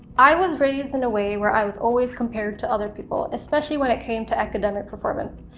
i was raised in a way where i was always compared to other people, especially when it came to academic performance.